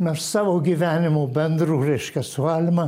aš savo gyvenimu bendru reiškia su alma